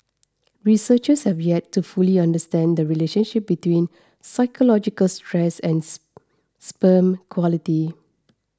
researchers have yet to fully understand the relationship between psychological stress and sperm quality